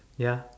ya